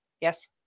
yes